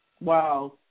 Wow